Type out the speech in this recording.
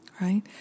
right